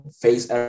face